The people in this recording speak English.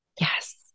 Yes